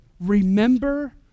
Remember